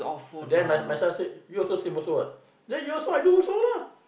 then my myself say you also same also what then you also I do also lah